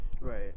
Right